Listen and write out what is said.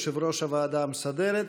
יושב-ראש הוועדה המסדרת.